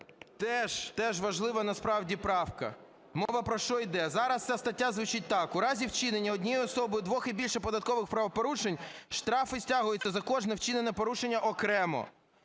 теж важлива насправді правка. Мова про що йде? Зараз ця стаття звучить так: "В разі вчинення однією особою двох і більше податкових правопорушень штрафи стягуються за кожне вчинене порушення окремо".